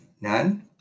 None